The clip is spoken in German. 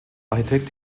architekt